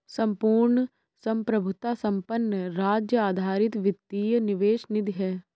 संपूर्ण संप्रभुता संपन्न राज्य आधारित वित्तीय निवेश निधि है